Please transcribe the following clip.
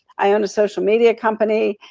i own a social media company,